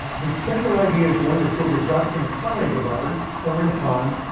the central idea is one that kubrick got from a colleague of ours, herman khan,